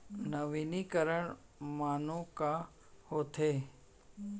नवीनीकरण माने का होथे?